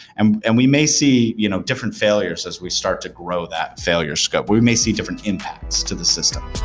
and and we may see you know different failures as we start to grow that failure scope. we may see different impacts to the system.